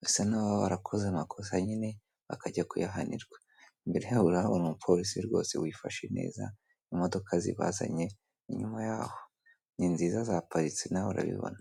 basa n' ababa barakoze amakosa nyine bakajya kuyahanirwa. Imbere y'aho urabona umuporisi rwose wifashe neza; imodoka zibazanye inyuma y'aho, ni nziza zaparitse nawe urabibona.